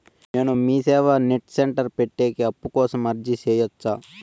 నేను MeeSeva net centre పెట్టేకి అప్పు కోసం అర్జీ సేయొచ్చా?